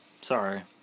Sorry